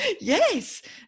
Yes